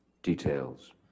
details